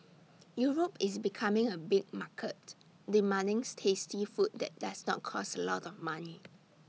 Europe is becoming A big market demanding tasty food that does not cost A lot of money